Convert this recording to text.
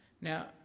Now